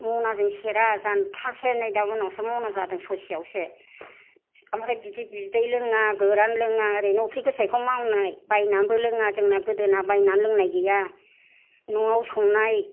मनाजों सेरा जानथासो नै दा उनावसो मना जादों ससेआवसो आमफ्राय बिदि बिदै लोङो गोरान लोङा ओरैनो अफ्रि गोसायखौ मावनाय बायनानबो लोङा जोंना गोदोना बायनान लोंनाय गैया न'आव संनाय